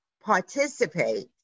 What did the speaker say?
participate